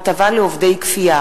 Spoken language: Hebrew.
הטבה לעובדי כפייה),